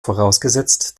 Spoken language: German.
vorausgesetzt